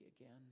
again